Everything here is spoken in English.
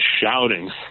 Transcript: shouting